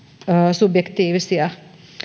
subjektiivisia